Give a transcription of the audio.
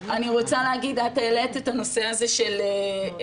אני רוצה להגיד, את העלית את הנושא של אי-נגישות.